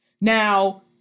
Now